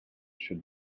should